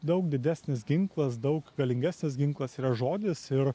daug didesnis ginklas daug galingesnis ginklas yra žodis ir